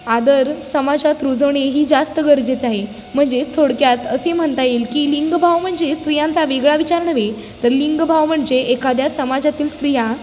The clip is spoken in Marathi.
आदर समाजात रुजवणे ही जास्त गरजेचं आहे म्हणजेच थोडक्यात असे म्हनता येईल की लिंगभाव म्हणजे स्त्रियांचा वेगळा विचार नव्हे तर लिंगभाव म्हणजे एखाद्या समाजातील स्त्रिया